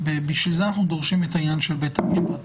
לכן אנחנו דורשים את העניין של בית המשפט.